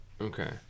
Okay